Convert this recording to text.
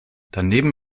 daneben